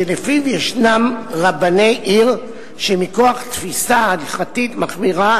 שלפיו ישנם רבני עיר שמכוח תפיסה הלכתית מחמירה